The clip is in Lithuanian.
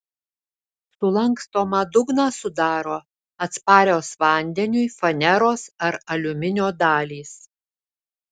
sulankstomą dugną sudaro atsparios vandeniui faneros ar aliuminio dalys